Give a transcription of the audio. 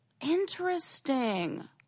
Interesting